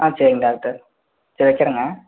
ஆ சரிங் டாக்டர் சரி வச்சிறங்க